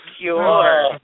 pure